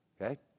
Okay